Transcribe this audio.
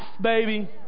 baby